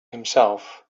himself